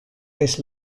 this